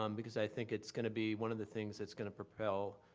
um because i think it's gonna be one of the things that's gonna propel,